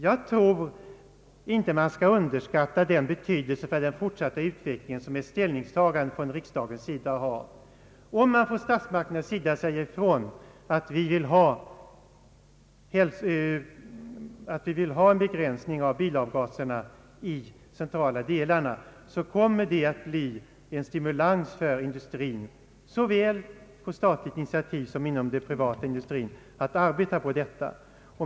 Jag tror inte att man skall underskatta den betydelse för den fortsatta utvecklingen som ett ställningstagande från riksdagen har. Om statsmakterna säger ifrån att de vill ha en begränsning av bilavgaserna i städernas centrala delar kommer det att bli en stimulans såväl för den industri som drivs på statligt initiativ som för den privata industrin att arbeta på detta.